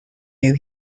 new